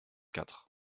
quatre